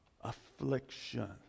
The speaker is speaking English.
affliction